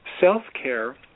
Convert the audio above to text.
self-care